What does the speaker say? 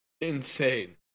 Insane